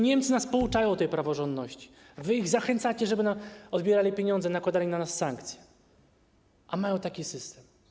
Niemcy nas pouczają o praworządności, wy ich zachęcacie, żeby nam odbierali pieniądze i nakładali na nas sankcje, a mają taki system.